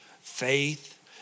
faith